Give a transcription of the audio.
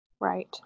Right